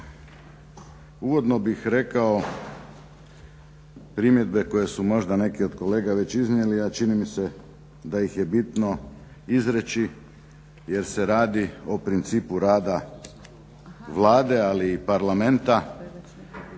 Uvodno bih rekao primjedbe koje su možda neki od kolega možda već iznijeli a čini mi se da ih je bitno izreći jer se radi o principu rada Vlade ali i Parlamenta